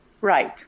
Right